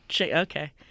Okay